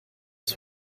uns